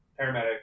paramedic